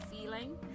feeling